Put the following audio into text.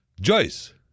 Joyce